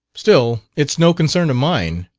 still, it's no concern of mine,